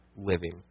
living